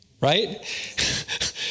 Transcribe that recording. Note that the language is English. right